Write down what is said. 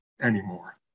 anymore